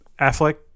Affleck